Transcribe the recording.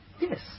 Yes